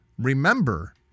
Remember